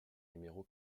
numéro